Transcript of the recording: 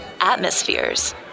Atmospheres